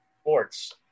sports